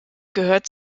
gehört